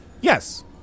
Yes